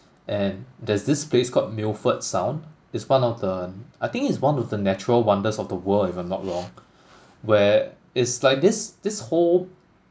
and there's this place called milford sound it's one of the I think it's one of the natural wonders of the world if I'm not wrong where it's like this this whole